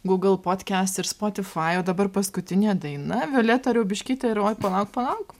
gugl podkast ir spotifai o dabar paskutinė daina violeta riaubiškytė ir oi palauk palauk